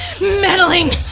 meddling